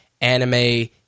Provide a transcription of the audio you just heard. anime